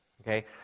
Okay